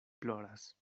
ploras